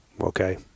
okay